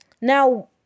Now